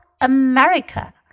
America